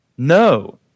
No